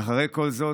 ואחרי כל זאת,